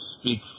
speak